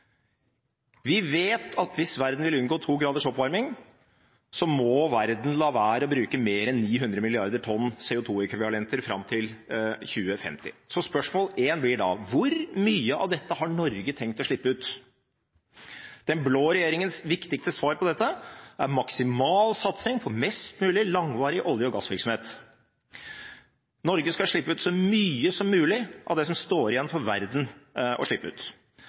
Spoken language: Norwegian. Vi vet at hvis verden vil unngå 2 graders oppvarming, må verden la være å bruke mer enn 900 milliarder tonn CO2-ekvivalenter fram til 2050. Spørsmål nr. 1 blir da: Hvor mye av dette har Norge tenkt å slippe ut? Den blå regjeringens viktigste svar på dette er maksimal satsing på mest mulig langvarig olje- og gassvirksomhet. Norge skal slippe ut så mye som mulig av det som gjenstår for verden å slippe ut.